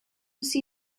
see